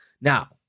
Now